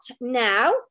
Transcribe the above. now